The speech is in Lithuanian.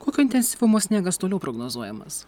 kokio intensyvumo sniegas toliau prognozuojamas